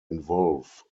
involve